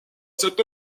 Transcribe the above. cette